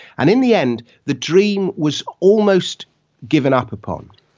and in the end the dream was almost given up upon.